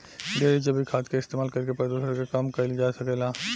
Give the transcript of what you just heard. ढेरे जैविक खाद के इस्तमाल करके प्रदुषण के कम कईल जा सकेला